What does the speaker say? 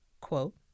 Quote